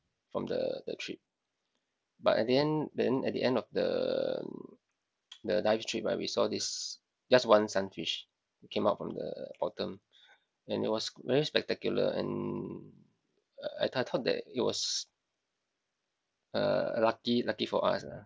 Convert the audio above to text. from the the trip but at the end then at the end of the the dive trip right we saw this just one sunfish came up from the bottom and it was very spectacular and I tho~ thought that it was uh lucky lucky for us lah